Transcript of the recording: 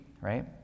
right